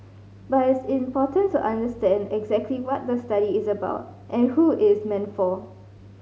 but it is important to understand exactly what the study is about and who it is meant for